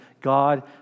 God